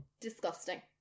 Disgusting